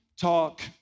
talk